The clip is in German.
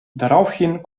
daraufhin